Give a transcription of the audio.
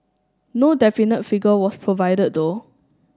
no definite figure was provided though